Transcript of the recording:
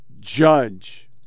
judge